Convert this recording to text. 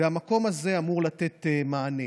והמקום הזה אמור לתת מענה.